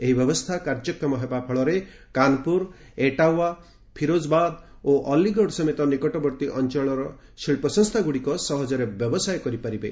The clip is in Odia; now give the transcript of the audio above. ଏହି ବ୍ୟବସ୍ଥା କାର୍ଯ୍ୟକ୍ଷମ ହେବା ଫଳରେ କାନ୍ପୁର ଏଟାୱା ଫିରୋଜବାଦ ଓ ଅଲ୍ଲୀଗଡ଼ ସମେତ ନିକଟବର୍ତ୍ତୀ ଅଞ୍ଚଳର ଶିଳ୍ପସଂସ୍ଥାଗୁଡ଼ିକ ସହଜରେ ବ୍ୟବସାୟ କରିପାରିବେ